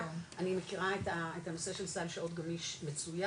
אני מכירה את הנושא של סל שעות גמיש מצוין,